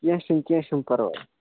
کیٚنٛہہ چھُنہٕ کیٚنٛہہ چھُنہٕ پرواے